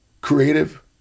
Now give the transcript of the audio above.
creative